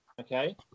Okay